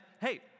hey